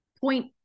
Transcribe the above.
point